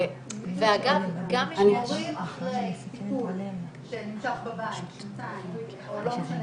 הורים אחרי טיפול שנמשך בבית שנתיים או לא משנה